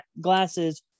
glasses